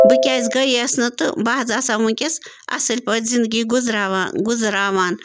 بہٕ کیٛازِ گٔییس نہٕ تہٕ بہٕ حظ آسہٕ ہا وٕنۍکٮ۪س اَصٕل پٲٹھۍ زِندگی گُزراوان گُزراوان